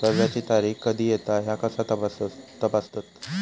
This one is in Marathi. कर्जाची तारीख कधी येता ह्या कसा तपासतत?